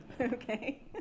Okay